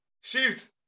Shoot